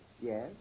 Yes